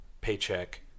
paycheck